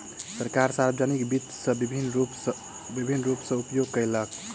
सरकार, सार्वजानिक वित्त के विभिन्न रूप सॅ उपयोग केलक